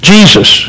Jesus